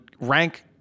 rank